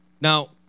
Now